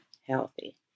healthy